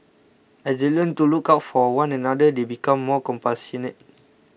as they learn to look out for one another they become more compassionate